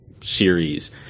series